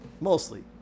Mostly